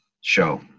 show